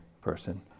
person